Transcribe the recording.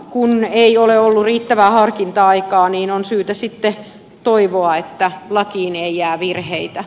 kun ei ole ollut riittävää harkinta aikaa niin on syytä sitten toivoa että lakiin ei jää virheitä